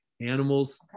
Animals